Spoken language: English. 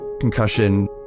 concussion